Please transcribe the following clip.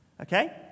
Okay